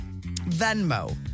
Venmo